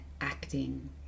acting